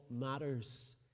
matters